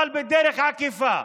אבל בדרך עקיפה.